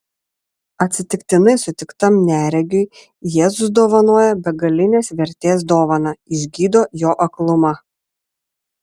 atsitiktinai sutiktam neregiui jėzus dovanoja begalinės vertės dovaną išgydo jo aklumą